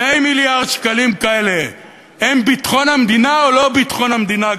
2 מיליארד שקלים כאלה הם ביטחון המדינה או לא ביטחון המדינה,